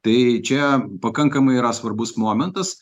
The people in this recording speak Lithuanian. tai čia pakankamai yra svarbus momentas